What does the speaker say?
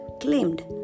claimed